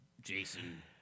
Jason